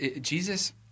Jesus